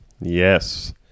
Yes